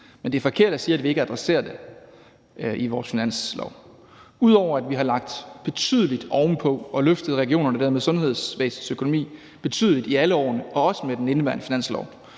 Men det er forkert at sige, at vi ikke adresserer det i vores finanslov. Ud over at vi har lagt betydeligt ovenpå og løftet regionernes og dermed sundhedsvæsenets økonomi betydeligt i alle årene og også med den indeværende finanslov,